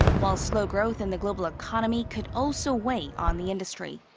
while slow growth in the global economy could also weigh on the industry.